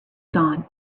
dawn